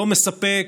לא מספק,